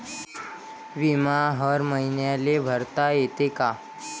बिमा हर मईन्याले भरता येते का?